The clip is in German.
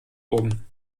oben